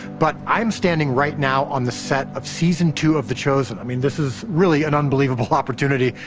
but i'm standing right now on the set of season two of the chosen. i mean, this is really an unbelievable opportunity,